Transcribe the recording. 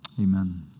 amen